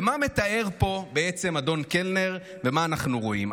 ומה מתאר פה בעצם אדון קלנר ומה אנחנו רואים?